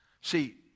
See